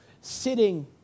sitting